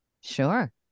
Sure